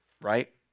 right